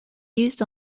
used